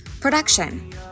production